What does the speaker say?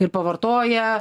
ir pavartoja